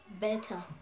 better